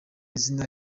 izina